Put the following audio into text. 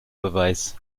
beweis